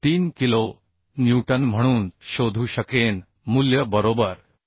23 kilo newton म्हणून मूल्य शोधू शकेन बरोबर